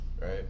Right